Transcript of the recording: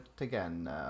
again